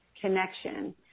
connection